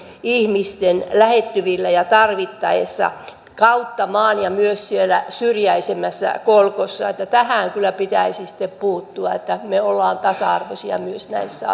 ihmisen lähettyvillä ja tarvittaessa kautta maan ja myös siellä syrjäisemmässä kolkassa tähän kyllä pitäisi sitten puuttua että me olemme tasa arvoisia myös näissä